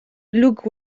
look